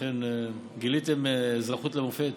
אכן, גיליתם אזרחות למופת